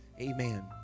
Amen